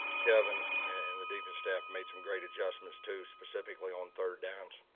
kevin, and the defense staff made some great adjustments too specifically on third downs.